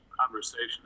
conversation